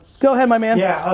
go ahead, my man. yeah,